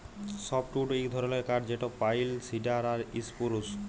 softwood ইক ধরলের কাঠ যেট পাইল, সিডার আর ইসপুরুস